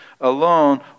alone